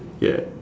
ya